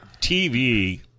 TV